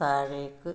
താഴേക്ക്